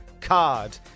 card